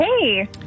Hey